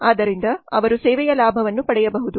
ಆದ್ದರಿಂದ ಅವರು ಸೇವೆಯ ಲಾಭವನ್ನು ಪಡೆಯಬಹುದು